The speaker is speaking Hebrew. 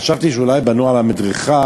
חשבתי שאולי בנו על המדרכה,